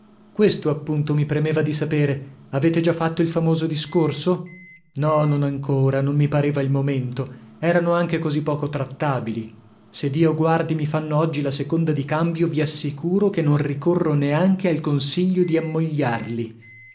questo appunto mi premeva di sapere avete già fatto il famoso discorso no non ancora non mi pareva il momento erano anche così poco trattabili se dio guardi mi fanno oggi la seconda di cambio vi assicuro che non ricorro neanche al consiglio di ammogliarli